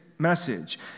message